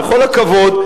בכל הכבוד,